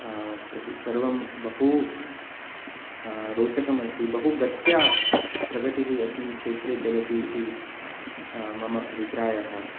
तत् सर्वं बहु रोचकमस्ति बहु गत्या प्रगतिः अस्मिन् क्षेत्रे चलति इति मम अभिप्रायः